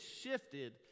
shifted